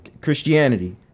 Christianity